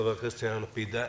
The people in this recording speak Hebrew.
חבר הכנסת יאיר לפיד.